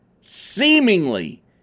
Seemingly